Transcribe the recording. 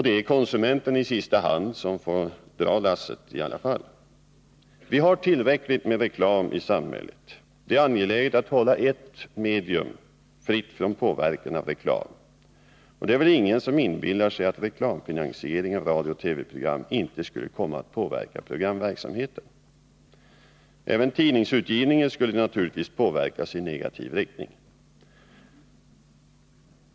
Det är i sista hand konsumenterna som får dra lasset. Vi har tillräckligt med reklam i samhället. Det är angeläget att hålla ett medium fritt från påverkan av reklam. Det är väl ingen som inbillar sig att reklamfinansiering av radiooch TV-verkamheten inte skulle komma att påverka programmen. Även tidningsutgivningen skulle naturligtvis påverkas i negativ riktning.